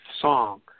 song